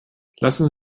lassen